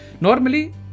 Normally